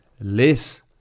less